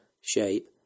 shape